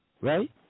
Right